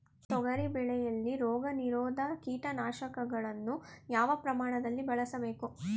ತೊಗರಿ ಬೆಳೆಯಲ್ಲಿ ರೋಗನಿರೋಧ ಕೀಟನಾಶಕಗಳನ್ನು ಯಾವ ಪ್ರಮಾಣದಲ್ಲಿ ಬಳಸಬೇಕು?